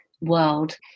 World